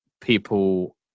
people